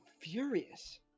furious